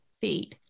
feed